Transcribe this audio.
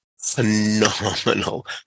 phenomenal